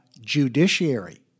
judiciary